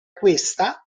questa